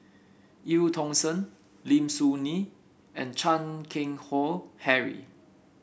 Eu Tong Sen Lim Soo Ngee and Chan Keng Howe Harry